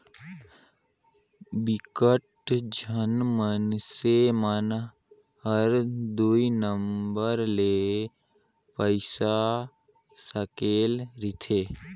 बिकट झिन मइनसे मन हर दुई नंबर ले पइसा सकेले रिथे